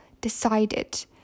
decided